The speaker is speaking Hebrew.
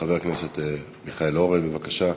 חבר הכנסת מיכאל אורן, בבקשה.